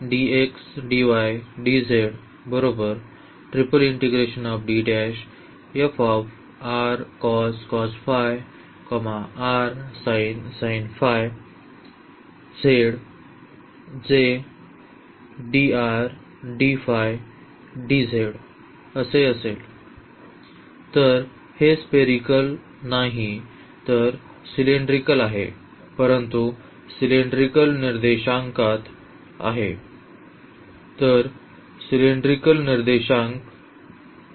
तर हे स्पेरीकल नाही तर सिलेंड्रिकल आहे परंतु सिलेंड्रिकल निर्देशांक आहेत तर सिलेंड्रिकल निर्देशांक